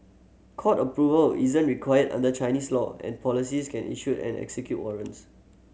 court approval isn't required under Chinese law and policies can issue and execute warrants